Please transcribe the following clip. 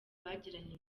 bagiranye